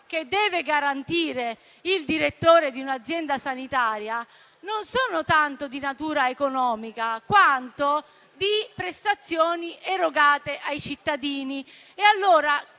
che deve garantire il direttore di un'azienda sanitaria non sono infatti tanto di natura economica quanto in termini di prestazioni erogate ai cittadini e allora